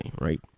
right